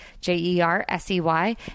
j-e-r-s-e-y